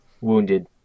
wounded